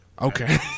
Okay